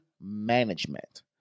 management